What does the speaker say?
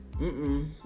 mm-mm